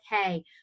okay